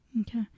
Okay